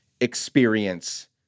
experience